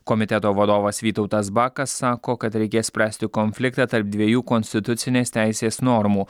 komiteto vadovas vytautas bakas sako kad reikės spręsti konfliktą tarp dviejų konstitucinės teisės normų